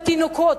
בתינוקות,